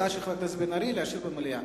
נגד, ההצעה של חבר הכנסת בן-ארי להשאיר במליאה.